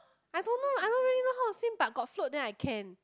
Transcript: I don't know I don't really know how to swim but got float then I can